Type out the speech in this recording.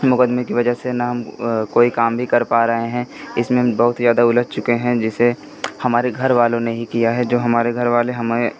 मुक़दमे की वजह से ना हम कोई काम भी कर पा रहे हैं इसमें हम बहुत ही ज़्यादा उलझ चुके हैं जिससे हमारे घर वालों ने ही किया है जो हमारे घर वाले हमें